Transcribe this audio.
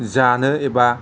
जानो एबा